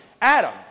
Adam